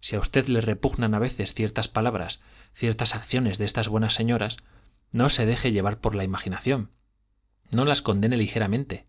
si a usted le repugnan a veces ciertas palabras ciertas acciones de estas buenas señoras no se deje llevar por la imaginación no las condene ligeramente